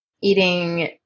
eating